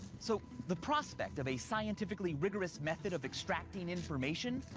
so, the prospect of a scientifically rigorous method of extracting information,